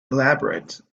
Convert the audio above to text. elaborate